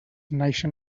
naixen